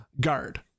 guard